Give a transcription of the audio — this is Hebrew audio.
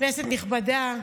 כנסת נכבדה,